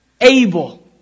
able